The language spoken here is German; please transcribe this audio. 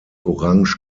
orange